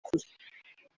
kure